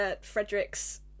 Frederick's